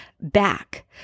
back